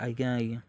ଆଜ୍ଞା ଆଜ୍ଞା